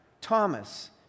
Thomas